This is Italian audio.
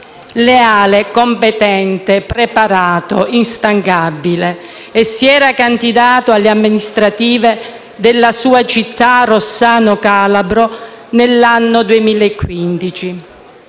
Leale, competente, preparato, instancabile. Si era candidato alle amministrative della sua città Rossano Calabro nell'anno 2015.